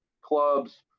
clubs